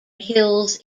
hills